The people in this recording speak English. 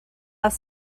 have